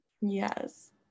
Yes